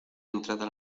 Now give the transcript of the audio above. entrada